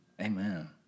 Amen